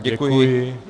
Děkuji.